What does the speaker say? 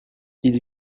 ils